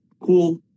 cool